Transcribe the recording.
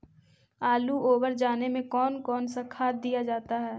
आलू ओवर जाने में कौन कौन सा खाद दिया जाता है?